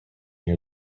near